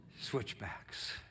switchbacks